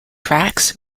tracks